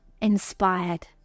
inspired